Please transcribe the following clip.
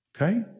Okay